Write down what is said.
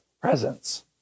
presence